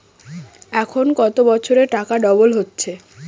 এখন কত বছরে টাকা ডবল হচ্ছে?